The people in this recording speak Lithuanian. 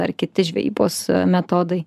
ar kiti žvejybos metodai